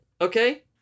okay